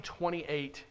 28